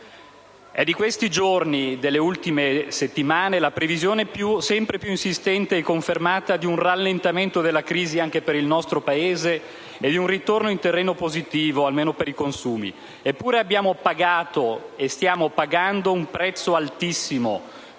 È di questi giorni, delle ultime settimane, la previsione sempre più insistente e confermata di un rallentamento della crisi anche per il nostro Paese e di un ritorno ad un terreno positivo, almeno per i consumi. Eppure abbiamo pagato e stiamo pagando un prezzo altissimo